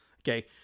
Okay